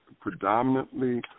predominantly